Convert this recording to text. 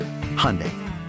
Hyundai